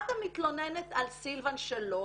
את המתלוננת על סילבן שלום,